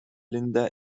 linda